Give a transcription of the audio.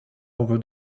over